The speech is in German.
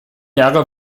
jahre